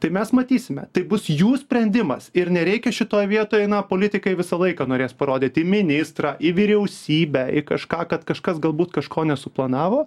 tai mes matysime tai bus jų sprendimas ir nereikia šitoj vietoj na politikai visą laiką norės parodyt į ministrą į vyriausybę į kažką kad kažkas galbūt kažko nesuplanavo